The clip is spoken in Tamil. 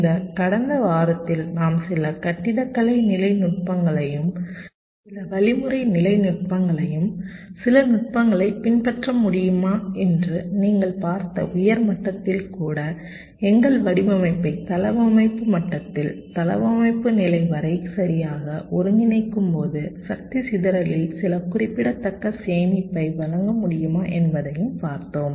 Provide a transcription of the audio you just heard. இந்த கடந்த வாரத்தில் நாம் சில கட்டிடக்கலை நிலை நுட்பங்களையும் சில வழிமுறை நிலை நுட்பங்களையும் சில நுட்பங்களைப் பின்பற்ற முடியுமா என்று நீங்கள் பார்த்த உயர் மட்டத்தில் கூட எங்கள் வடிவமைப்பை தளவமைப்பு மட்டத்தில் தளவமைப்பு நிலை வரை சரியாக ஒருங்கிணைக்கும்போது சக்தி சிதறலில் சில குறிப்பிடத்தக்க சேமிப்பை வழங்க முடியும் என்பதையும் பார்த்தோம்